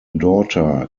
daughter